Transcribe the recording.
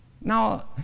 Now